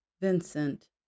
Vincent